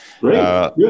Great